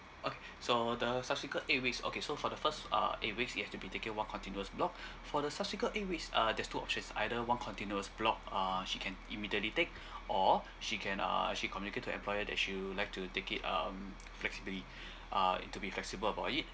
okay so the subsequently eight weeks okay so for the first uh eight weeks it have to be taken one continuous block for the subsequently eight weeks uh there's two options either one continuous block uh she can immediately take or she can uh actually communicated to her employer she will like to take it um flexibly uh it to be flexible about it